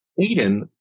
Aiden